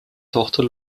tochter